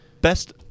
best